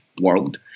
world